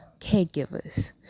caregivers